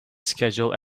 schedule